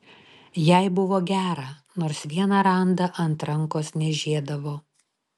jai buvo gera nors vieną randą ant rankos niežėdavo